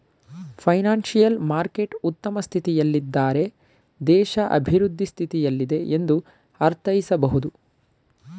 financial market ಉತ್ತಮ ಸ್ಥಿತಿಯಲ್ಲಿದ್ದಾರೆ ದೇಶ ಅಭಿವೃದ್ಧಿ ಸ್ಥಿತಿಯಲ್ಲಿದೆ ಎಂದು ಅರ್ಥೈಸಬಹುದು